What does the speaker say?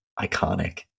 iconic